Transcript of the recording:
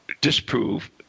disprove